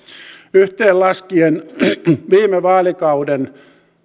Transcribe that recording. yhteen laskien viime vaalikauden